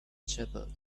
shepherds